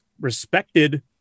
respected